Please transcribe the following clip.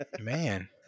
Man